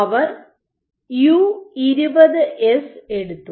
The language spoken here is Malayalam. അവർ യു 20 എസ് എടുത്തു